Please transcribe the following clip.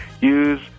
Use